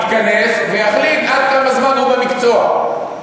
יתכנסו ויחליטו כמה זמן הם במקצוע.